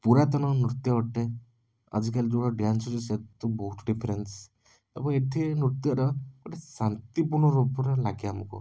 ପୁରାତନ ନୃତ୍ୟ ଅଟେ ଆଜିକାଲି ଯେଉଁଗୁଡ଼ା ଡ୍ୟାନ୍ସ ଅଛି ସେତୁ ବହୁତ ଡିଫରେନ୍ସ ଏବଂ ଏଥିରେ ନୃତ୍ୟର ଗୋଟେ ଶାନ୍ତିପୂର୍ଣ୍ଣ ରୂପରେ ଲାଗେ ଆମକୁ